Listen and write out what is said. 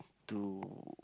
to